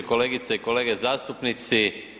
Kolegice i kolege zastupnici.